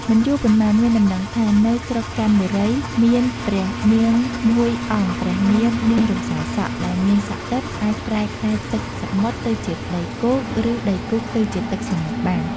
មិនយូរប៉ុន្មាន មានដំណឹងថា នៅស្រុកចន្ទបុរី មានព្រះនាងមួយអង្គព្រះនាម នាងរំសាយសក់ ដែលមានសក់ទិព្វ អាចប្រែក្លាយទឹកសមុទ្រទៅជាដីគោក ឬដីគោកទៅជាទឹកសមុទ្របាន។